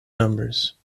numbers